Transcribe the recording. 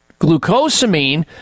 glucosamine